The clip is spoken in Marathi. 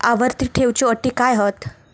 आवर्ती ठेव च्यो अटी काय हत?